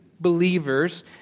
believers